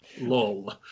Lol